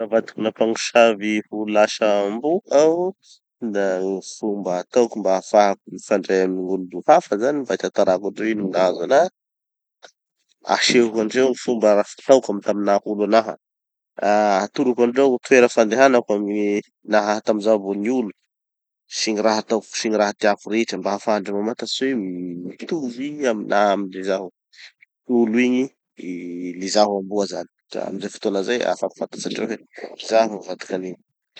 Navadikina mpagnosavy ho lasa amboa aho. Da gny fomba hataoko mba hahafahako mifandray amy gn'olo hafa zany mba hitatarako andreo hoe ino gny nahazo anaha, asehoko andreo gny fomba fataoko amy tamy naha olo anaha, atoroko andreo gny toera fandehanako amy naha tamy zaho mbo ny olo, sy gny raha ataoko sy gny raha tiako rehetra mba hahafahandreo mamantatsy hoe mitovy aminaha amy le zaho olo igny i le zaho amboa zany. Dra amy zay fotoana zay afaka fatatsindreo hoe izaho nivadiky anigny.